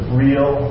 real